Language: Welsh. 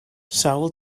sawl